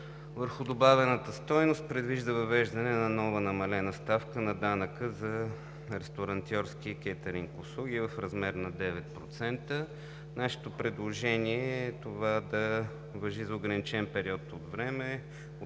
върху добавената стойност, предвижда въвеждане на нова намалена ставка на данъка за ресторантьорски и кетъринг услуги в размер на 9%. Нашето предложение е това да важи за ограничен период от време